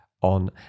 on